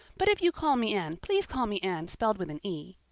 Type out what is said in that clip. but if you call me anne please call me anne spelled with an e.